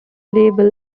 label